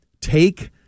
Take